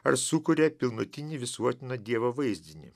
ar sukuria pilnutinį visuotino dievo vaizdinį